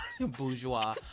Bourgeois